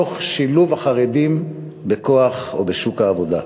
תוך שילוב החרדים בכוח או בשוק העבודה.